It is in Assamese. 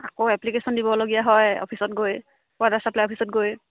আকৌ এপ্লিকেশ্যন দিবলগীয়া হয় অফিচত গৈ ৱাটাৰ ছাপ্লাই অফিচত গৈ